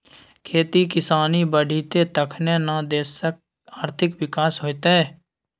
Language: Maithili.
खेती किसानी बढ़ितै तखने न देशक आर्थिक विकास हेतेय